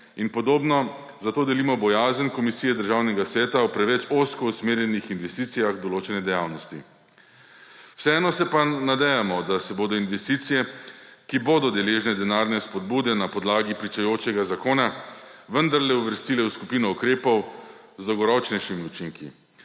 in podobno, zato delimo bojazen Komisije Državnega sveta o preveč ozko usmerjenih investicijah v določene dejavnosti. Vseeno se pa nadejamo, da se bodo investicije, ki bodo deležne denarne spodbude na podlagi pričujočega zakona, vendarle uvrstile v skupino ukrepov z dolgoročnejšimi učinki